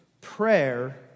Prayer